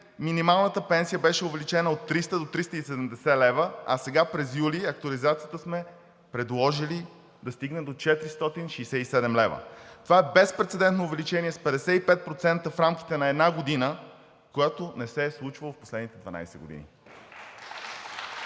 минималната пенсия беше увеличена от 300 до 370 лв., а сега през юли в актуализацията сме предложили да стигне до 467 лв. Това е безпрецедентно увеличение с 55% в рамките на една година, което не се е случвало в последните 12 години.